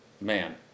Man